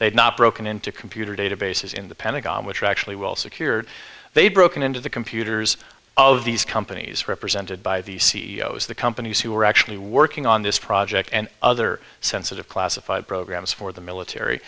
broken into computer databases in the pentagon which are actually well secured they've broken into the computers of these companies represented by the c e o s of the companies who were actually working on this project and other sensitive classified programs for the military